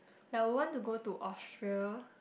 I will want to go to Austria